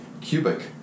cubic